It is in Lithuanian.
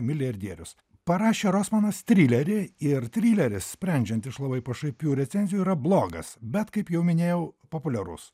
milijardierius parašė rosmanas trilerį ir trileris sprendžiant iš labai pašaipių recenzijų yra blogas bet kaip jau minėjau populiarus